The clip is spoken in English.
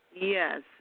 yes